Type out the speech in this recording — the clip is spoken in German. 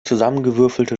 zusammengewürfelte